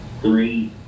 Three